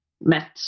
met